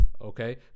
okay